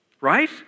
right